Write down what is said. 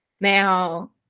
Now